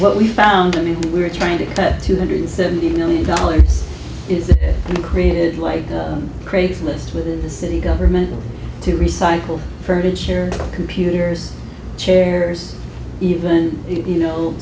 what we found and we were trying to get two hundred seventy million dollars is created like craigslist within the city government to recycle furniture computers chairs even you know